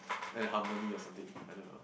then the harmony or something I don't know